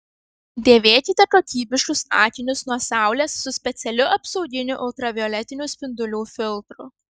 dėvėkite kokybiškus akinius nuo saulės su specialiu apsauginiu ultravioletinių spindulių filtru